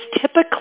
typically